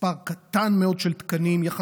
מספר קטן מאוד של תקנים, יחסית,